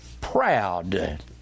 proud